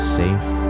safe